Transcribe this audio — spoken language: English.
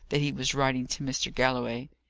that he was writing to mr. galloway.